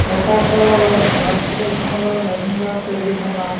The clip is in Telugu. అవకాశాలలో భారతదేశంలో వేగంగా పెరుగుతున్నా